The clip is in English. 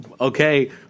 Okay